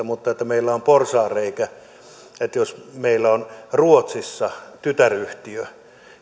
mutta meillä on porsaanreikä jos meillä on ruotsissa tytäryhtiö